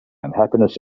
unhappiness